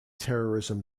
terrorism